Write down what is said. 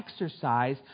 exercise